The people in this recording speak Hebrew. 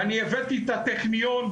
ואני הבאתי את הטכניון,